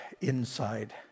inside